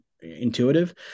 intuitive